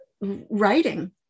writing